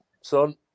son